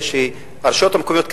הרשויות המקומיות,